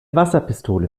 wasserpistole